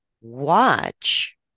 watch